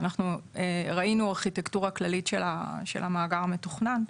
ראינו ארכיטקטורה כללית של המאגר המתוכנן,